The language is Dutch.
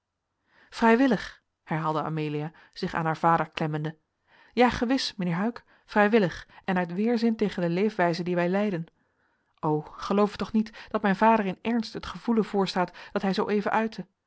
vrijwillig herhaalde amelia zich aan haar vader klemmende ja gewis mijnheer huyck vrijwillig en uit weerzin tegen de leefwijze die wij leidden o geloof toch niet dat mijn vader in ernst het gevoelen voorstaat dat hij zooeven uitte